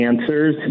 answers